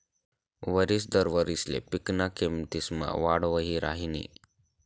वरिस दर वारिसले पिकना किमतीसमा वाढ वही राहिनी